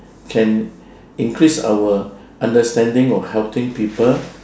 can increase our understanding or helping people